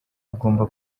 agomba